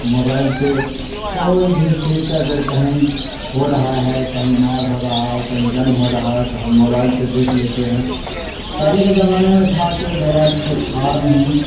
mobile سے کوئی بھی چیز اگر کہیں ہو رہا ہے کہیں مار ہو رہا ہے کہیں جنگ ہو رہا ہے تو ہم موبائل سے دیکھ لیتے ہیں پہلے کے زمانے میں تھا کہ موبائل تو تھا نہیں